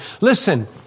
Listen